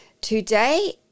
today